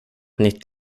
nytt